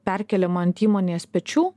perkeliama ant įmonės pečių